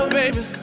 baby